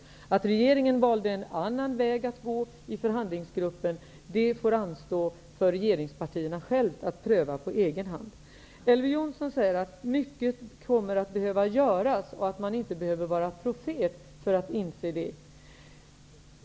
Varför regeringen valde en annan väg att gå i förhandlingsgruppen är något som det ankommer på regeringspartierna själva att pröva. Elver Jonsson säger att mycket kommer att behöva göras och att man inte behöver vara profet för att inse det.